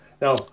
Now